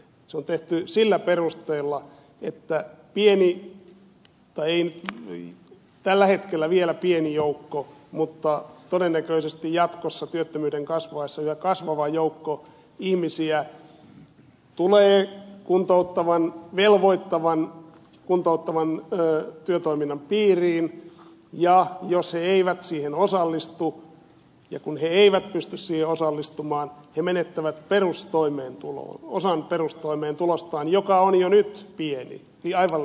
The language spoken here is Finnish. se on tehty sillä perusteella että tällä hetkellä vielä pieni mutta todennäköisesti jatkossa työttömyyden kasvuvaiheessa yhä kasvava joukko ihmisiä tulee velvoittavan kuntouttavan työtoiminnan piiriin ja jos he eivät siihen osallistu ja kun he eivät pysty siihen osallistumaan he menettävät osan perustoimeentulostaan joka on jo nyt pieni aivan liian pieni